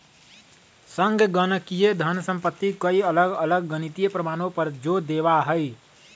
संगणकीय धन संपत्ति कई अलग अलग गणितीय प्रमाणों पर जो देवा हई